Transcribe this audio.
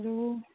hello